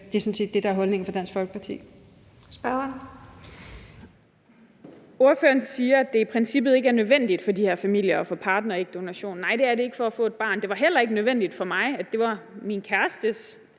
Spørgeren. Kl. 12:35 Mai Villadsen (EL): Ordføreren siger, at det i princippet ikke er nødvendigt for de her familier at få partnerægdonation. Nej, det er det ikke for at få et barn. Det var heller ikke nødvendigt for mig, at det var min kærestes